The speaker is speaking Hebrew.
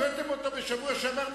הבאתם אותו עוד פעם בשבוע שעבר,